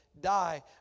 die